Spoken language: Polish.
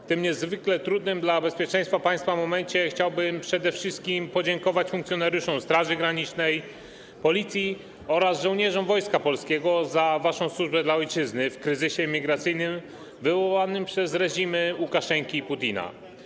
W tym niezwykle trudnym dla bezpieczeństwa państwa momencie chciałbym przede wszystkim podziękować funkcjonariuszom Straży Granicznej, Policji oraz żołnierzom Wojska Polskiego za waszą służbę dla ojczyzny w kryzysie migracyjnym wywołanym przez reżimy Łukaszenki i Putina.